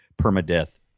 permadeath